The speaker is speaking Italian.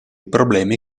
problemi